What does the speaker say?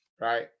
right